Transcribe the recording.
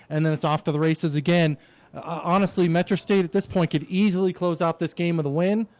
and then it's off to the races again honestly metro state at this point could easily close out this game of the win